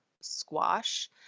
squash